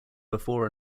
before